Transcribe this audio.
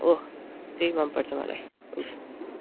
हो त्यही मन पर्छ मलाई